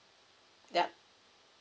ya